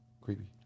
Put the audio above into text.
Creepy